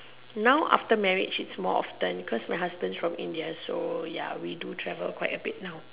now after marriage it's more often cause my husband is from India so ya we do travel quite a bit now